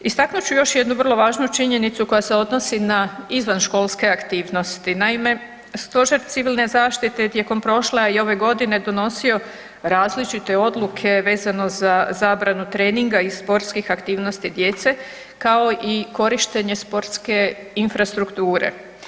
Istaknut ću još jednu vrlo važnu činjenicu koja se odnosi na izvanškolske aktivnosti, naime stože civilne zaštite je tijekom prošle, a i ove godine donosio različite odluke vezano za zabranu treninga i sportskih aktivnosti djece, kao i korištenje sportske infrastrukture.